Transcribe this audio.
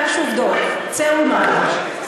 גש ובדוק, צא ולמד.